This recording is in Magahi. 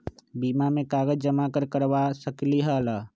बीमा में कागज जमाकर करवा सकलीहल?